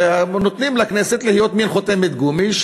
ונותנים לכנסת להיות מין חותמת גומי,